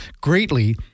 greatly